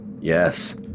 Yes